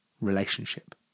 relationship